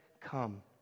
come